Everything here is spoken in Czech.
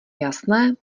jasné